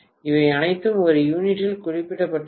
இவை அனைத்தும் ஒரு யூனிட்டில் குறிப்பிடப்பட்டுள்ளன